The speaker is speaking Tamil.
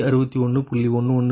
11 MW மற்றும் Pg2 105